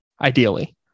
ideally